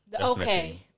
Okay